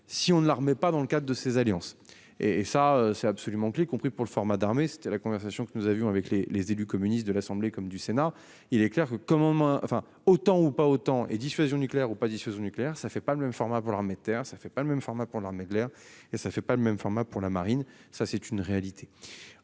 Si on ne l'armée pas dans le cadre de ses alliances et et ça c'est absolument clé compris pour le format d'armée c'était la conversation que nous avions avec les, les élus communistes de l'Assemblée, comme du Sénat. Il est clair qu'au moment enfin autant ou pas autant et dissuasion nucléaire ou pas. Dissuasion nucléaire, ça ne fait pas le même format pour l'armée de terre, ça ne fait pas le même format pour l'armée de l'air et ça ne fait pas le même format pour la marine, ça c'est une réalité.